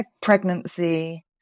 pregnancy